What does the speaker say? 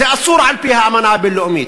זה אסור על-פי האמנה הבין-לאומית.